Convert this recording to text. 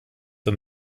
für